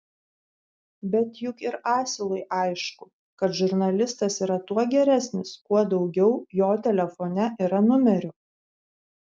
bet juk ir asilui aišku kad žurnalistas yra tuo geresnis kuo daugiau jo telefone yra numerių